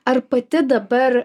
ar pati dabar